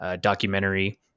documentary